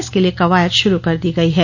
इसके लिए कवायद शुरू कर दी गई है